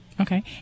Okay